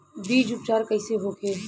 बीज उपचार कइसे होखे?